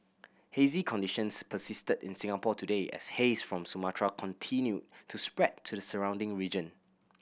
hazy conditions persisted in Singapore today as haze from Sumatra continued to spread to the surrounding region